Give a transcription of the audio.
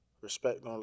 Respect